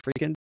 freaking